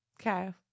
Okay